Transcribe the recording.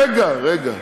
רגע, רגע.